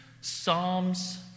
Psalms